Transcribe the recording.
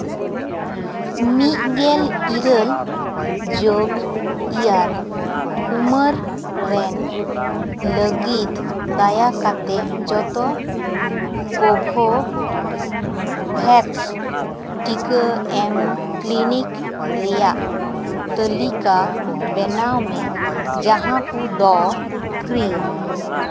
ᱢᱤᱫ ᱜᱮᱞ ᱤᱨᱟᱹᱞ ᱡᱳᱜᱽ ᱤᱭᱟᱨ ᱩᱢᱟᱹᱨ ᱨᱮᱱ ᱞᱟᱹᱜᱤᱫ ᱫᱟᱭᱟ ᱠᱟᱛᱮᱫ ᱡᱚᱛᱚ ᱠᱳᱼᱵᱷᱮᱠᱥ ᱴᱤᱠᱟᱹ ᱮᱢ ᱠᱞᱤᱱᱤᱠ ᱨᱮᱭᱟᱜ ᱛᱟᱹᱞᱤᱠᱟ ᱵᱮᱱᱟᱣ ᱢᱮ ᱡᱟᱦᱟᱸ ᱠᱚᱫᱚ ᱯᱷᱨᱤ